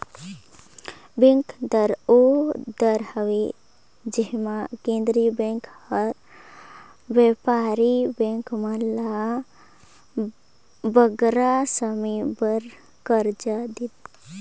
bank दर ओ दर हवे जेम्हां केंद्रीय बेंक हर बयपारिक बेंक मन ल बगरा समे बर करजा देथे